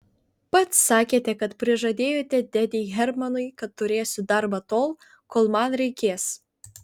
pats sakėte kad prižadėjote dėdei hermanui kad turėsiu darbą tol kol man reikės